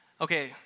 Okay